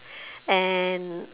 and